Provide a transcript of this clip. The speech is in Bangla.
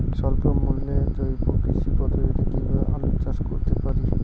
স্বল্প মূল্যে জৈব কৃষি পদ্ধতিতে কীভাবে আলুর চাষ করতে পারি?